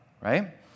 right